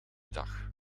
dag